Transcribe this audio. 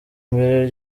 mbere